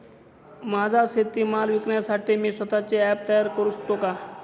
माझा शेतीमाल विकण्यासाठी मी स्वत:चे ॲप तयार करु शकतो का?